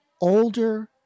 older